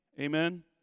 Amen